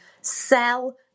sell